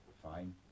Fine